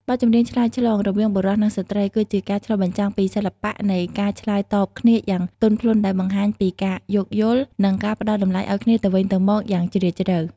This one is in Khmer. បទចម្រៀងឆ្លើយឆ្លង រវាងបុរសនិងស្រ្តី គឺជាការឆ្លុះបញ្ចាំងពីសិល្បៈនៃការឆ្លើយតបគ្នាយ៉ាងទន់ភ្លន់ ដែលបង្ហាញពីការយោគយល់ និងការផ្តល់តម្លៃឱ្យគ្នាទៅវិញទៅមកយ៉ាងជ្រាលជ្រៅ។